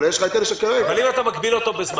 אבל יש לך את --- אבל אם אתה מגביל אותו בזמן,